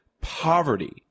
poverty